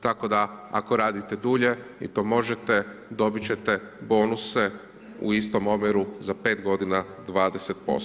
Tako da ako radite dulje, vi to možete, dobiti ćete bonuse u sitom omjeru za 5 g. 20%